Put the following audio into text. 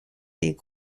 des